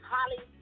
Holly